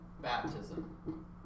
baptism